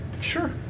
Sure